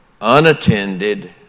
unattended